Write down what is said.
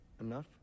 enough